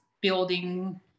building